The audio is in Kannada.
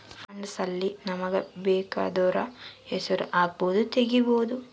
ಫಂಡ್ಸ್ ಅಲ್ಲಿ ನಮಗ ಬೆಕಾದೊರ್ ಹೆಸರು ಹಕ್ಬೊದು ತೆಗಿಬೊದು